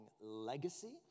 Legacy